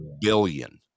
billion